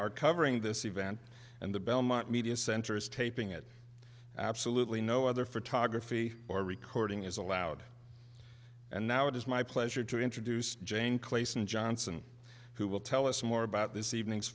are covering this event and the belmont media center is taping it absolutely no other photography or recording is allowed and now it is my pleasure to introduce jane clayson johnson who will tell us more about this evening